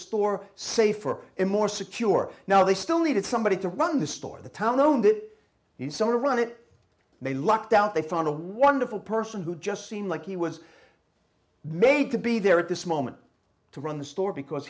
store safer and more secure now they still needed somebody to run the store the town known did the summer run it they lucked out they found a wonderful person who just seemed like he was made to be there at this moment to run the store because